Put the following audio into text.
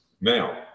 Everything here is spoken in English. Now